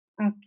okay